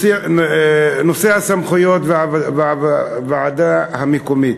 נושא הסמכויות בוועדה המקומית.